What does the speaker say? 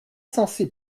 censé